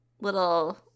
little